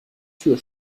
tür